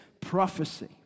prophecy